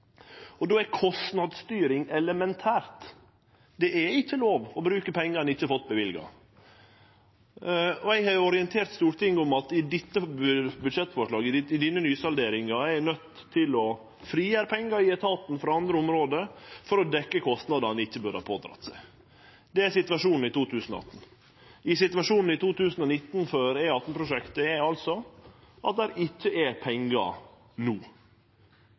der. Då er kostnadsstyring elementært. Det er ikkje lov å bruke pengar ein ikkje har fått løyvd, og eg har orientert Stortinget om at ein i dette budsjettforslaget, i denne nysalderinga, er nøydd til å frigjere pengar i etaten frå andre område for å dekkje kostnader ein ikkje burde ha drege på seg. Det er situasjonen i 2018. Situasjonen i 2019 for E18-prosjektet er at det ikkje er pengar no